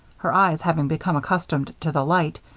her eyes having become accustomed to the light,